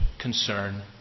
concern